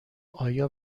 آیا